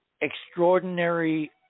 extraordinary